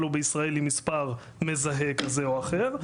לו בישראל עם מספר מזהה כזה או אחר,